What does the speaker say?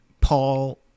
Paul